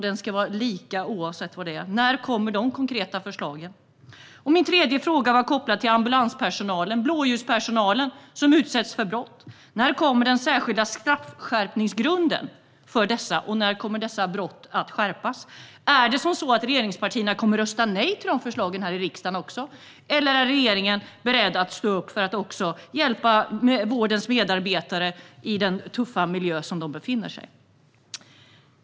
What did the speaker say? Den ska vara lika oavsett var du är. När kommer de konkreta förslagen? Min tredje fråga var kopplad till ambulanspersonalen och blåljuspersonalen, som utsätts för brott. När kommer den särskilda straffskärpningsgrunden för dessa? När kommer straffen för dessa brott att skärpas? Kommer regeringspartierna att rösta nej till de förslagen i riksdagen? Eller är regeringen beredd att stå upp för att hjälpa vårdens medarbetare i den tuffa miljö som de befinner sig i?